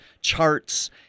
charts